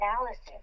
analysis